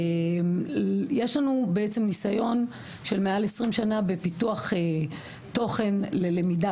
יש לנו בעצם ניסיון של מעל 20 שנה בפיתוח תוכן ללמידה,